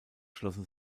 schlossen